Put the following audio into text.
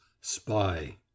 spy